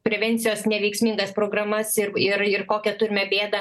prevencijos neveiksmingas programas ir ir kokią turime bėdą